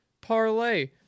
parlay